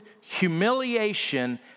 humiliation